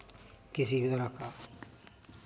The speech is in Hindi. किसी भी तरह का